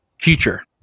future